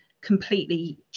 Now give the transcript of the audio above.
completely